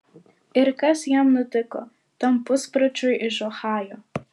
ir kas jam nutiko tam puspročiui iš ohajo